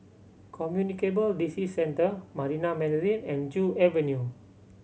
Communicable Disease Centre Marina Mandarin and Joo Avenue